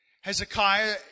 Hezekiah